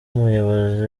umuyobozi